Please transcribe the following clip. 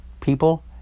people